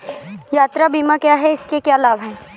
यात्रा बीमा क्या है इसके क्या लाभ हैं?